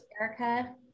Erica